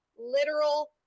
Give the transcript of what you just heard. Literal